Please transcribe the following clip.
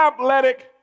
athletic